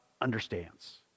understands